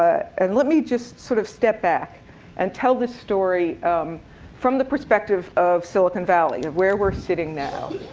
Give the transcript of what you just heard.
and let me just sort of step back and tell this story from the perspective of silicon valley, of where we're sitting now.